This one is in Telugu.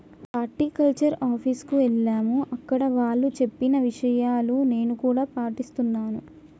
హార్టికల్చర్ ఆఫీస్ కు ఎల్లాము అక్కడ వాళ్ళు చెప్పిన విషయాలు నేను కూడా పాటిస్తున్నాను